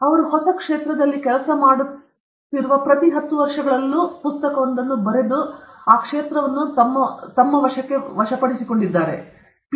ಅವರು ಹೊಸ ಕ್ಷೇತ್ರದಲ್ಲಿ ಕೆಲಸ ಮಾಡುತ್ತಿರುವ ಪ್ರತಿ ಹತ್ತು ವರ್ಷಗಳು ಪುಸ್ತಕವೊಂದನ್ನು ಬರೆದು ಕ್ಷೇತ್ರವನ್ನು ವಶಪಡಿಸಿಕೊಂಡವು ಮತ್ತು ನಂತರ ಸರಿಯಲ್ಲ